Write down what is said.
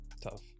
Tough